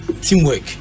teamwork